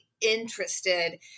interested